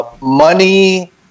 money